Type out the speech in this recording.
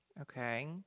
Okay